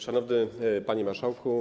Szanowny Panie Marszałku!